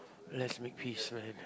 let's make peace friend